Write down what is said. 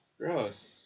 Gross